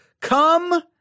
Come